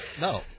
No